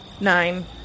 Nine